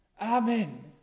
Amen